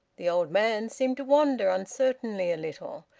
the old man seemed to wander uncertainly a little,